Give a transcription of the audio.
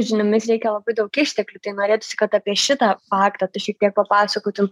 žiniomis reikia labai daug išteklių tai norėtųsi kad apie šitą faktą tu šitiek papasakotum